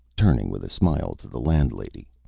turning with a smile to the landlady.